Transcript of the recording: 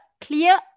clear